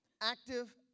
active